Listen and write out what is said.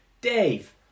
Dave